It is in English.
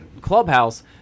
clubhouse